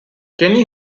kenny